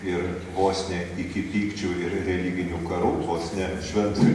ir vos ne iki pykčių ir religinių karų vos ne šventųjų